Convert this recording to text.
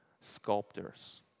sculptors